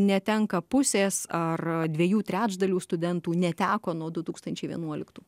netenka pusės ar dviejų trečdalių studentų neteko nuo du tūkstančiai vienuoliktų